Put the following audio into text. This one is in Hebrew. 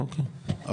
אוקי.